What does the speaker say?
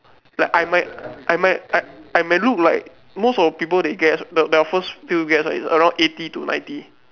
like I might I might I I may look like most of the people they guess the their first few guess ah is around eighty to ninety